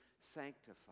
sanctify